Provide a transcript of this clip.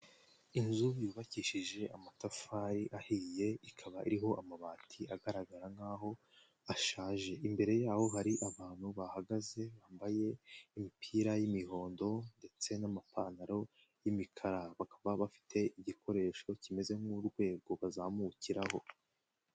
Inzu yubakishije amatafari ahiye ikaba iriho amabati agaragara nk'aho ashaje, imbere yaho hari abantu bahagaze bambaye imipira y'imihondo ndetse n'amapantaro y'imikara, bakaba bafite igikoresho kimeze nk'urwego bazamukiraho.